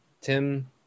Tim